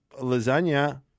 lasagna